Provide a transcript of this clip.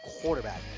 quarterback